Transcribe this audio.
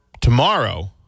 tomorrow